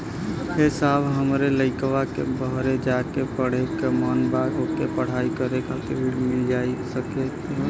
ए साहब हमरे लईकवा के बहरे जाके पढ़े क मन बा ओके पढ़ाई करे खातिर ऋण मिल जा सकत ह?